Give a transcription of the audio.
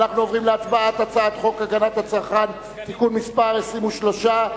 אנחנו עוברים להצבעה על הצעת חוק הגנת הצרכן (תיקון מס' 23),